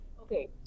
Okay